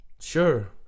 Sure